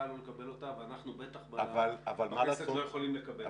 לא לקבל אותה ואנחנו בטח בכנסת לא יכולים לקבל אותה.